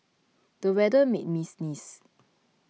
the weather made me sneeze